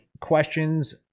questions